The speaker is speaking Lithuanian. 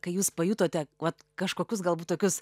kai jūs pajutote vat kažkokius galbūt tokius